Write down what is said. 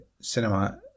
cinema